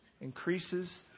increases